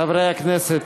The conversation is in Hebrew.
חברי הכנסת,